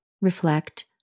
reflect